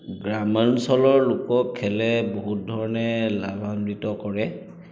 গ্ৰামাঞ্চলৰ লোকক খেলে বহুত ধৰণে লাভাৱান্বিত কৰে